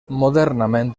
modernament